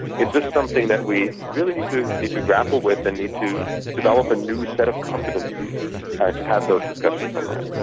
it's just something that we really need to need to grapple with and need to develop a new set of competencies to have those discussions online.